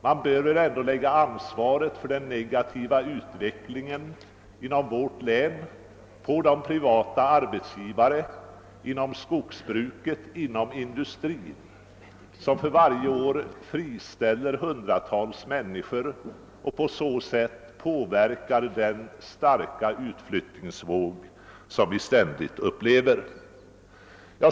Vi bör väl också lägga en stor del av ansvaret för den negativa utvecklingen i vårt län på de privata arbetsgivare inom skogsbruket och industrin, som varje år friställer hundratals människor och därigenom förstärker den kraftiga utflyttningvåg som vi nu upplever.